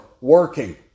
working